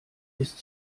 ist